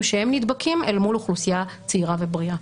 שהם נדבקים אל מול אוכלוסייה צעירה ובריאה.